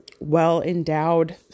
well-endowed